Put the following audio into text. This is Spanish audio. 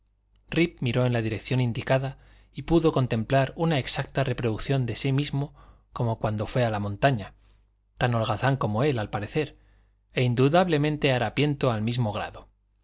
miró en la dirección indicada y pudo contemplar una exacta reproducción de sí mismo como cuando fué a la montaña tan holgazán como él al parecer e indudablemente harapiento al mismo grado